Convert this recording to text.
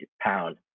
pound